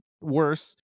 worse